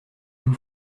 vous